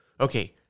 Okay